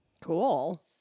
Cool